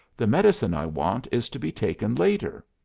the medicine i want is to be taken later.